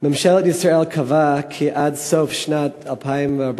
ממשלת ישראל קבעה כי עד סוף שנת 2014,